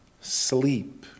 sleep